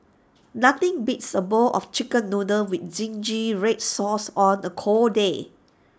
nothing beats A bowl of Chicken Noodles with Zingy Red Sauce on A cold day